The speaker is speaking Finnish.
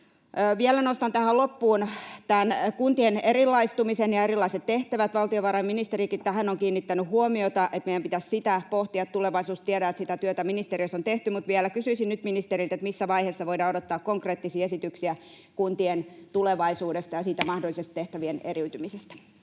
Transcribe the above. Vielä nostan tähän loppuun kuntien erilaistumisen ja erilaiset tehtävät. Valtiovarainministerikin on tähän kiinnittänyt huomiota, että meidän pitäisi sitä pohtia tulevaisuudessa. Tiedän, että sitä työtä ministeriössä on tehty, mutta vielä kysyisin nyt ministeriltä: missä vaiheessa voidaan odottaa konkreettisia esityksiä kuntien tulevaisuudesta ja siitä mahdollisesta [Puhemies